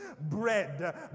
bread